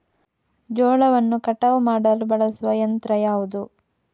ಜೋಳವನ್ನು ಕಟಾವು ಮಾಡಲು ಬಳಸುವ ಯಂತ್ರ ಯಾವುದು?